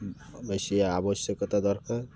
ବେଶି ଆବଶ୍ୟକତା ଦରକାର